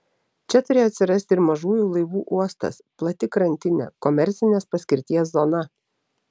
čia turėjo atsirasti ir mažųjų laivų uostas plati krantinė komercinės paskirties zona